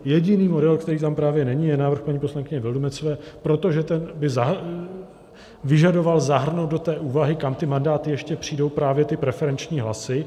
Jediný model, který tam právě není, je návrh paní poslankyně Vildumetzové, protože ten by vyžadoval zahrnout do té úvahy, kam ty mandáty ještě přijdou, právě ty preferenční hlasy.